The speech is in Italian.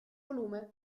volume